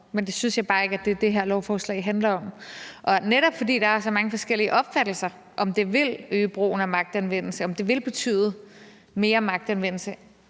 Men det synes jeg bare ikke er det, som det her lovforslag handler om. Og netop fordi der er så mange forskellige opfattelser af, om det vil øge brugen af magtanvendelse, og om det vil betyde mere magtanvendelse,